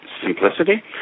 simplicity